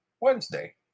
Wednesday